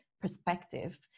perspective